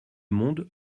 monde